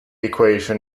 equation